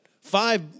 five